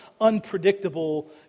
unpredictable